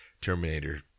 Terminator